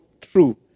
true